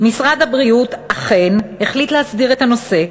משרד הבריאות אכן החליט להסדיר את הנושא,